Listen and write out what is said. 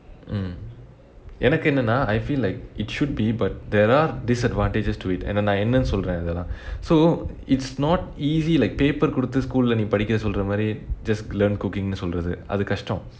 mm எனக்கு என்னனா:enakku ennanaa I feel like it should be but there are disadvantages to it ஏனா நா என்னனு சொல்றே அதெயெல்லாம்:yaennaa naa ennanu solrae atheyellaam so it's not easy like paper கொடுத்து:koduthu school leh நீ படிக்க சொல்ற மாதிரி:nee padikka solra maathiri just learn cooking னு சொல்றது அது கஷ்டம்:nu solrathu athu kashtam